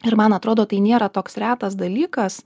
ir man atrodo tai nėra toks retas dalykas